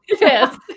Yes